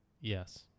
Yes